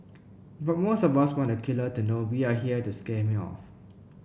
but most of us want the killer to know we are here to scare him off